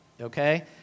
okay